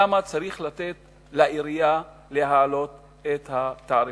למה צריך לתת לעירייה להעלות את התעריפים?